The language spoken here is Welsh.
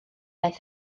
aeth